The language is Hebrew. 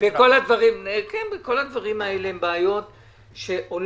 כל הדברים האלה הן בעיות שעולות.